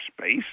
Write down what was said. space